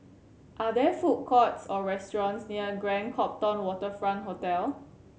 are there food courts or restaurants near Grand Copthorne Waterfront Hotel